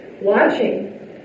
watching